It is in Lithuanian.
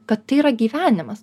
kad tai yra gyvenimas